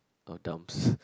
of dumps